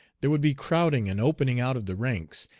there would be crowding and opening out of the ranks,